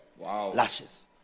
lashes